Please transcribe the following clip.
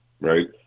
Right